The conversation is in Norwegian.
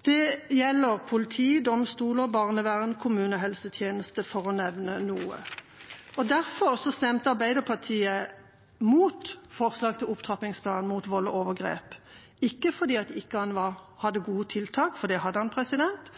Det gjelder politi, domstoler, barnevern og kommunehelsetjeneste, for å nevne noe. Derfor stemte Arbeiderpartiet mot forslag til opptrappingsplan mot vold og overgrep, ikke fordi den ikke hadde gode tiltak, for det hadde